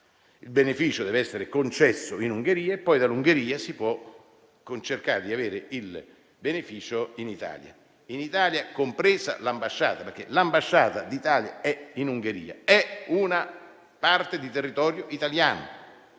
il beneficio deve essere concesso in Ungheria e poi dall'Ungheria si può cercare di avere il beneficio in Italia, compreso nell'ambasciata. L'ambasciata d'Italia in Ungheria infatti è una parte di territorio italiano